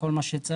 כל מה שצריך,